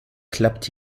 klappt